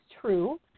true